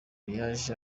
yaje